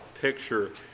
picture